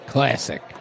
Classic